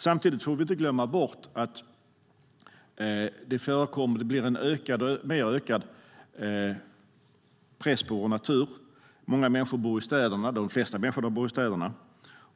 Samtidigt får vi inte glömma bort att det blir en ökad press på vår natur. De flesta människor bor i städerna